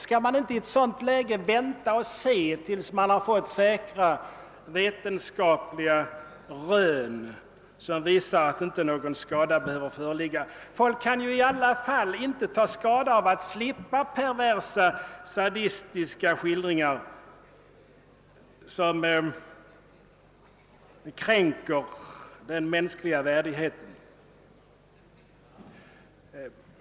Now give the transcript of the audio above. Skall man inte i ett sådant läge vänta och se tills man fått säkra vetenskapliga rön som visar att inte någon skada behöver uppstå? Folk kan ju i alla fall inte ta skada av att slippa perversa sadistiska skildringar som kränker den mänskliga värdigheten.